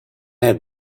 have